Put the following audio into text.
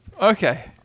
Okay